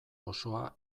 osoa